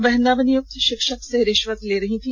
वह नव नियुक्त शिक्षक से रिश्वत ले रही थी